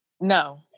No